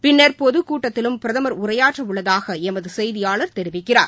பின்னர் பொதுக் கூட்டத்திலும் பிரதமர் உரையாற்ற உள்ளதாக எமது செய்தியாளர் தெரிவிக்கிறார்